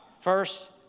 First